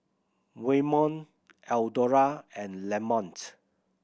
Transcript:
Waymon Eldora and Lamont